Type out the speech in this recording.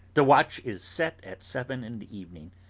the watch is set at seven in the evening.